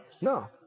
no